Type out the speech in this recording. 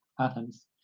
atoms